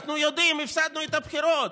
אנחנו יודעים, הפסדנו בבחירות.